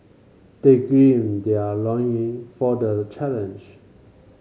they gird their loin for the challenge